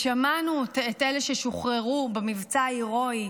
שמענו את אלה ששוחררו במבצע ההרואי,